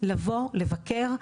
לבוא לבקר,